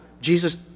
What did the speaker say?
Jesus